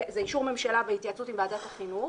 זה אישור ממשלה והתייעצות עם ועדת החינוך,